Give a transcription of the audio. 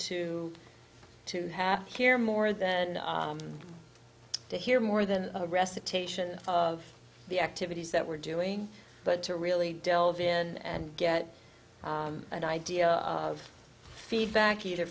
to to have hear more than to hear more than a recitation of the activities that we're doing but to really delve in and get an idea of feedback either